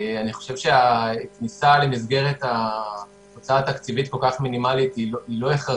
אני חושב שהכניסה למסגרת הוצאה תקציבית כל כך מינימלית לא הכרחית.